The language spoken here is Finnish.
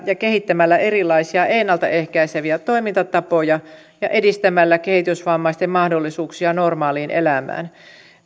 ja kehittämällä erilaisia ennaltaehkäiseviä toimintatapoja ja edistämällä kehitysvammaisten mahdollisuuksia normaaliin elämään